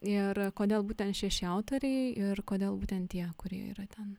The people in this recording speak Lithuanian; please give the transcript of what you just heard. ir kodėl būtent šeši autoriai ir kodėl būtent tie kurie yra ten